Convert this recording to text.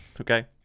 Okay